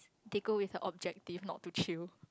they go with a objective not to chill